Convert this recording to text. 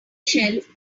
shelf